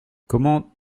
comment